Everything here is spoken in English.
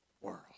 world